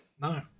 No